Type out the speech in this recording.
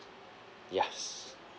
yes